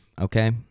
Okay